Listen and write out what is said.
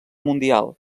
mundial